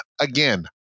again